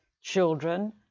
children